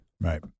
Right